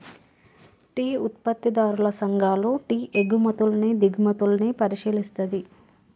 tea ఉత్పత్తిదారుల సంఘాలు tea ఎగుమతుల్ని దిగుమతుల్ని పరిశీలిస్తది